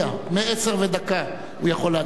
מ-10:01 הוא יכול להצביע.